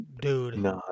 Dude